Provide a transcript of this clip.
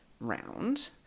round